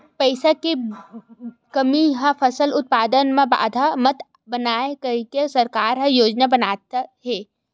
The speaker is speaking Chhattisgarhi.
पईसा के कमी हा फसल उत्पादन मा बाधा मत बनाए करके सरकार का योजना बनाए हे?